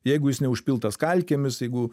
jeigu jis neužpiltas kalkėmis jeigu